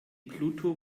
pluto